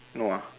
no ah